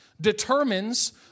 determines